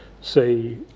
say